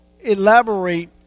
elaborate